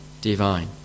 divine